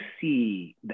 see